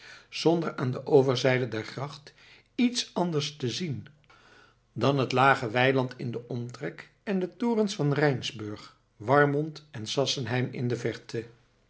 zonder aan de overzijde der gracht iets anders te zien dan het lage weiland in den omtrek en de torens van rijnsburg warmond en sassenheim in de verte